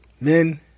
Men